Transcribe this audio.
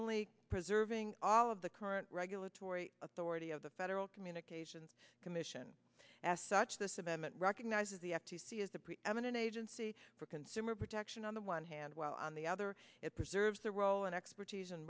concomitantly preserving all of the current regulatory authority of the federal communications commission as such this amendment recognizes the f t c is a preeminent agency for consumer protection on the one hand while on the other it preserves the role and expertise in